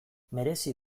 merezi